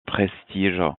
prestige